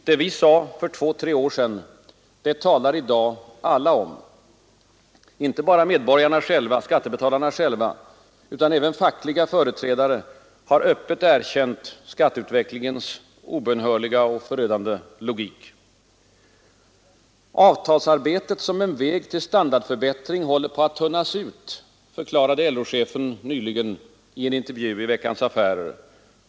Det vi sade för två tre år sedan talar i dag alla om. Inte bara skattebetalarna själva utan även fackliga företrädare har öppet erkänt skatteutvecklingens obönhörliga och förödande logik. ”Avtalsarbetet som en väg till standardförbättring håller på att tunnas ut” — förklarade LO-chefen nyligen i intervju i Veckans Affärer.